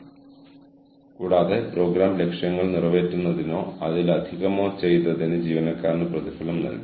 ഞങ്ങളുടെ സഹകാരികളിലൊരാളായ പ്രൊഫസർ ഫാറൂഖ് മിസ്ത്രിയിൽ നിന്ന് ചില സമയങ്ങളിൽ റോബോട്ടുകൾ ലോകത്തെ എങ്ങനെ കൈയടക്കിയേക്കാം എന്നതിനെക്കുറിച്ച് എനിക്ക് ഈയിടെ ഒരു ലേഖനം ലഭിച്ചു